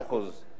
מאה אחוז.